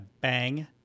bang